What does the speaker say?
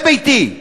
זה ביתי.